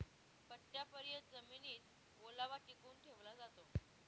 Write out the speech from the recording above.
पट्टयापर्यत जमिनीत ओलावा टिकवून ठेवला जातो